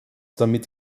damit